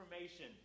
information